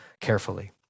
carefully